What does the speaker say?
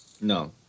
No